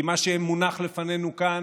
כי מה שמונח לפנינו כאן,